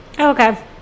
okay